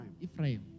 Ephraim